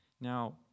Now